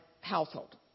household